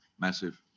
Massive